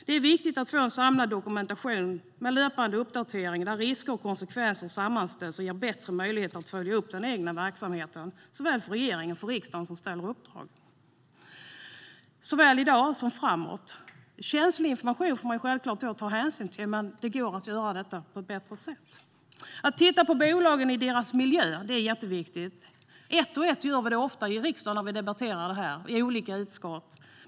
Det är viktigt att få en samlad dokumentation med löpande uppdatering där risker och konsekvenser sammanställs och ger bättre möjligheter att följa upp den egna verksamheten såväl för regeringen som för riksdagen både i dag och framåt. Känslig information får man självklart ta hänsyn till, men det går att göra detta på ett bättre sätt. Att titta på bolagen i deras miljö är jätteviktigt. Ett och ett gör vi det ofta i riksdagen när vi debatterar här och i olika utskott.